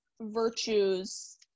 virtues